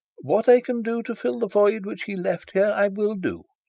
what i can do to fill the void which he left here, i will do.